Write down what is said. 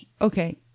okay